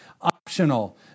optional